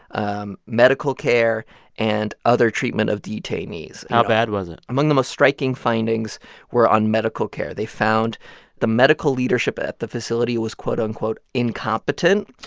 um medical care and other treatment of detainees how bad was it? among the most striking findings findings were on medical care. they found the medical leadership at the facility was, quote, unquote, incompetent.